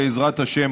בעזרת השם,